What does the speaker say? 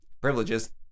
privileges